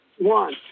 One